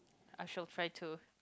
I shall try to